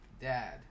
dad